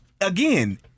again